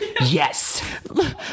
yes